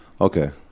Okay